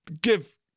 give